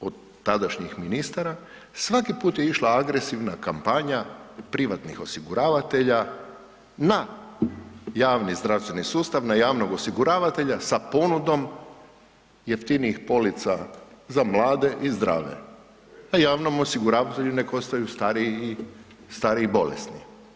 od tadašnjih ministara, svaki put je išla agresivna kampanja privatnih osiguravatelja na javni zdravstveni sustav, na javnog osiguravatelja sa ponudom jeftinijih polica za mlade i zdrave, a javnom osiguravatelju nek ostaju stariji, stari i bolesni.